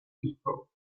depot